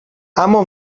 اما